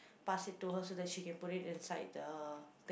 pass it to her so that she can put it inside the thing